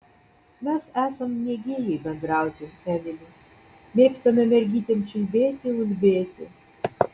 mes esam mėgėjai bendrauti emili mėgstame mergytėm čiulbėti ulbėti